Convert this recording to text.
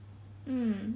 mm